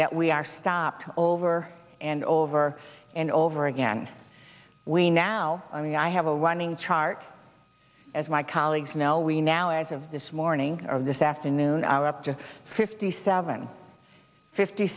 that we are stopped over and over and over again we now i mean i have a wanting to hart as my colleagues know we now as of this morning or this afternoon are up to fifty seven fifty